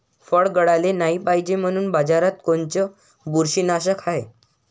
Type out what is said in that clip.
फळं गळाले नाही पायजे म्हनून बाजारात कोनचं बुरशीनाशक हाय?